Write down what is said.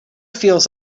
feels